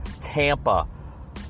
Tampa